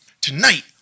Tonight